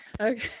okay